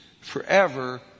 forever